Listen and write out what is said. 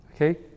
Okay